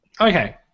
Okay